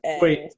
Wait